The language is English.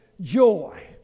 joy